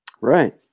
right